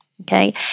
okay